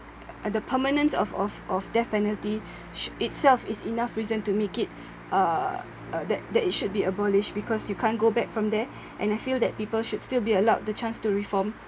uh the permanence of of of death penalty sh~ itself is enough reason to make it uh uh that that it should be abolished because you can't go back from there and I feel that people should still be allowed the chance to reform